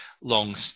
long